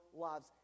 lives